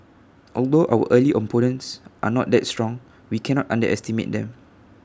although our early opponents are not that strong we cannot underestimate them